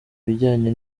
bijyanye